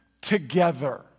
together